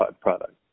product